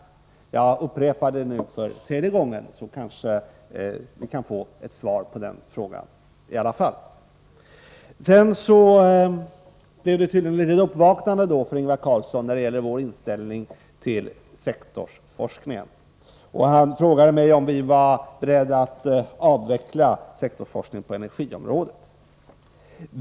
När jag nu upprepar denna fråga för tredje gången kan vi kanske få ett svar på den i alla fall. Det blev tydligen ett litet uppvaknande för Ingvar Carlsson när det gäller vår inställning till sektorsforskningen. Han frågade mig om vi var beredda att avveckla sektorsforskningen på energiområdet.